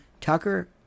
Tucker